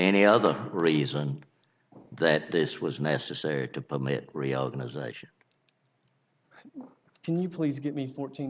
any other reason that this was necessary to permit realisation can you please give me fourteen